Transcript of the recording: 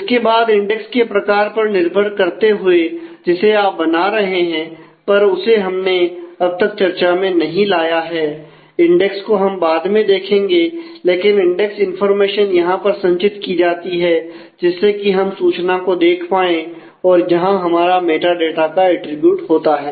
इसके बाद इंडेक्स के प्रकार पर निर्भर करते हुए जिसे आप बना रहे हैं पर उसे हमने अब तक चर्चा में नहीं लाया है इंडेक्स को हम बाद में देखेंगे लेकिन इंडेक्स इंफॉर्मेशन यहां पर संचित की जाती है जिससे कि हम सूचना को देख पाए और जहां हमारा मैटा डाटा का अटरीब्यूट होता है